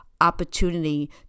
opportunity